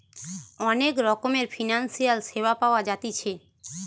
অনেক রকমের ফিনান্সিয়াল সেবা পাওয়া জাতিছে